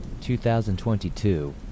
2022